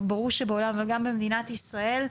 ברור שבעולם אבל גם במדינת ישראל,